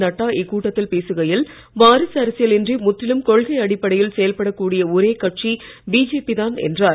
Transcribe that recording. நட்டா இக்கூட்டத்தில் பேசுகையில் வாரிசு அரசியல் இன்றி முற்றிலும் கொள்கை அடிப்படையில் செயல்பட கூடிய ஒரே கட்சி பிஜேபி தான் என்றார்